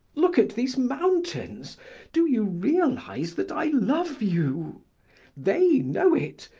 look at these mountains do you realize that i love you they know it,